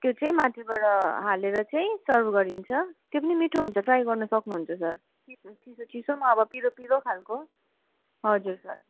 त्यो चाहिँ माथिबाट हालेर चाहिँ सर्व गरिन्छ त्यो पनि मिठो हुन्छ ट्राई गर्नु सक्नुहुन्छ सर चिसो चिसो चिसोमा अब पिरो पिरो खालको हजुर सर